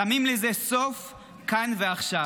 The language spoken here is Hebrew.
שמים לזה סוף כאן ועכשיו.